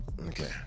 okay